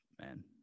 man